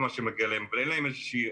זה מה שמעכב את הכול.